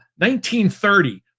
1930